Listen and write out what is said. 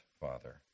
Father